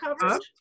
coverage